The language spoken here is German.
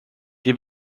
die